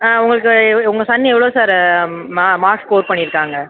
ஆ உங்களுக்கு எவ் உங்கள் சன் எவ்வளோ சாரு மா மார்க் ஸ்கோர் பண்ணியிருக்காங்க